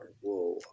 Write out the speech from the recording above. Whoa